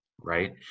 right